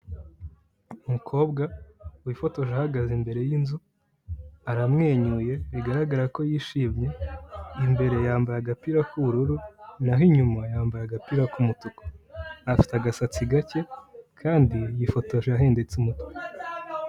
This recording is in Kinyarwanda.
Umukobwa wifotoje ahagaze imbere y'inzu aramwenyuye bigaragara ko yishimye, imbere yambaye agapira k'ubururu naho inyuma yambaye agapira k'umutuku, afite agasatsi gake kandi yifotoje ahengetse umutwe.